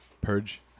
purge